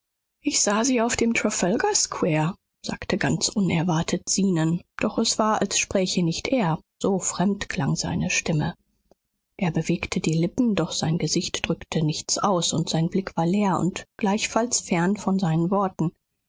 ich sah sie auf dem trafalgare square sagte ganz unerwartet zenon doch es war als spräche nicht er so fremd klang seine stimme er bewegte die lippen doch sein gesicht drückte nichts aus und sein blick war leer und gleichfalls fern von seinen worten